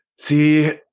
See